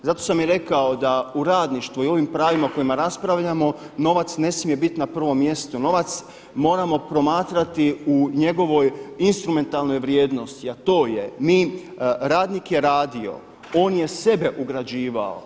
Zato sam i rekao da u radništvu i o ovim pravima o kojima raspravljamo novac ne smije biti na prvom mjestu, novac moramo promatrati u njegovoj instrumentalnoj vrijednosti a to je, mi, radnik je radio, on je sebe ugrađivao.